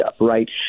right